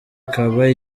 ikaba